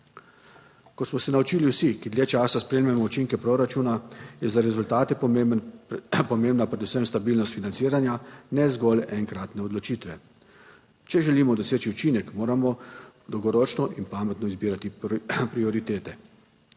Kot smo se naučili vsi, ki dlje časa spremljamo učinke proračuna, je za rezultate pomembna predvsem stabilnost financiranja ne zgolj enkratne odločitve. Če želimo doseči učinek, moramo dolgoročno in pametno izbirati prioritete;